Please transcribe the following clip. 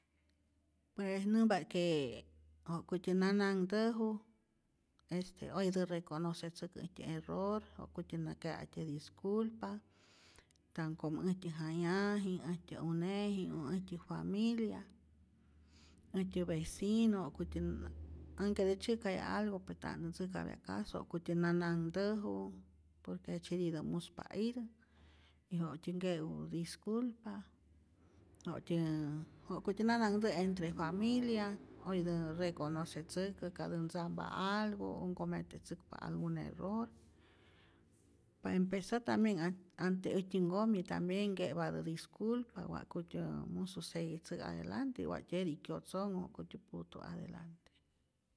Pues nämpa't que wa'kutyä na nanhtäju este oyetä reconocetzäkä äjtyä error, ja'kutyä na ke'tyäj disculpa, tan como äjtyä jayaji'nh äjtyä uneji'nh o äjtyä familia, äjtyä vecino ja'kutyä, anhketä tzyäjkayaj algo pe nta'ntä ntzäjkapya caso, ja'kutyä na nanhtäju, por que jejtzyetitä muspa itä, y wa'ktyä nke'u disculpa, watyä wa'ktyä na nanhtä' entre familia, oyetä reconocetzäkä ka tä ntzampa algo, o ncometetzäkpa algun error, pa empeza tambien an ante äjtyä nkomi, tambien nke'patä disculpa wa'kutyä musu seguitzak adelante, watyä jetij kyotzonhu ja'kutyä pujtu adelante.